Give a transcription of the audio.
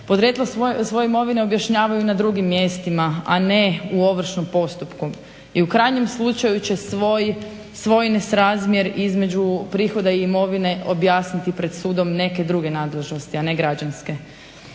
podrijetlo svoje imovine objašnjavaju na drugim mjestima a ne u ovršnom postupku. I u krajnjem slučaju će svoj nesrazmjer između prihoda i imovine objasniti pred sudom neke nadležnosti, a ne građanske.